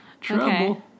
Trouble